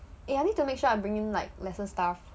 eh I need to make sure I bringing like lesser stuff